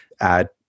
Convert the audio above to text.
add